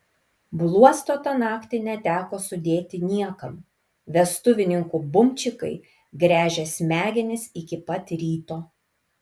bluosto tą naktį neteko sudėti niekam vestuvininkų bumčikai gręžė smegenis iki pat ryto